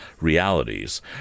realities